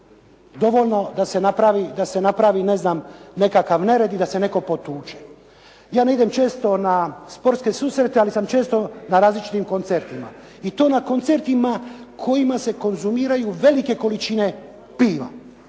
dovoljno da se napravi ne znam nekakvi nered i da se netko potuče. Ja ne idem često na sportske susrete ali sam često na različitim koncertima i to na koncertima na kojima se konzumiraju velike količine piva.